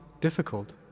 difficult